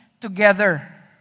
together